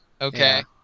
Okay